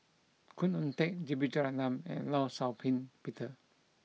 Khoo Oon Teik J B Jeyaretnam and Law Shau Ping Peter